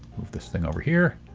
this thing over here.